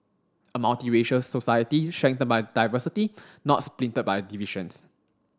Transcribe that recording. a multiracial society strengthened by diversity not splintered by divisions